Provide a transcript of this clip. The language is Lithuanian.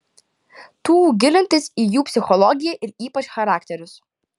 tų gilintis į jų psichologiją ir ypač charakterius